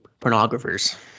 pornographers